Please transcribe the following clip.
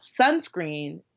sunscreen